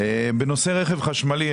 בנושא רכב חשמלי,